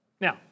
Now